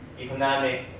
Economic